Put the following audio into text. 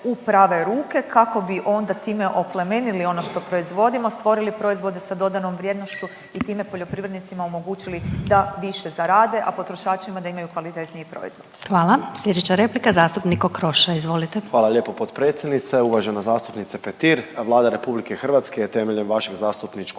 u prave ruke kako bi onda time oplemenili ono što proizvodimo, stvorili proizvode sa dodanom vrijednošću i time poljoprivrednicima omogućili da više zarade, a potrošačima da imaju kvalitetniji proizvod. **Glasovac, Sabina (SDP)** Hvala. Sljedeća replika zastupnik Okroša, izvolite. **Okroša, Tomislav (HDZ)** Hvala lijepo potpredsjednice, uvažena zastupnice Petir. Vlada Republike Hrvatske je temeljem vašeg zastupničkog